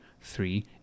three